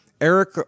Eric